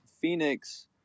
Phoenix